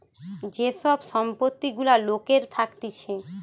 যে সব সম্পত্তি গুলা লোকের থাকতিছে